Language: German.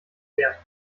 wert